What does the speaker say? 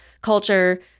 culture